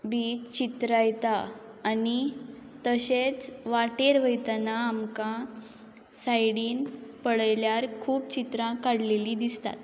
बी चित्रायता आनी तशेंच वाटेर वयतना आमकां सायडीन पळयल्यार खूब चित्रां काडलेलीं दिसतात